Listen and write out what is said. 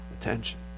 attention